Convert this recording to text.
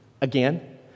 again